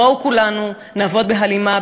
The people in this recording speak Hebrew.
בואו כולנו נעבוד בהלימה,